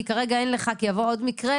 כי כרגע אין לך כי יבוא עוד מקרה?